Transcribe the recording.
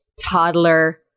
toddler